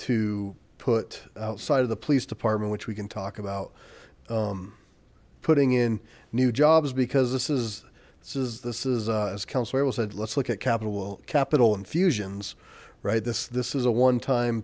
to put out side of the police department which we can talk about putting in new jobs because this is this is this is a council said let's look at capital capital infusions right this this is a one time